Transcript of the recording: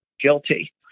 guilty